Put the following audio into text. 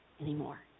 anymore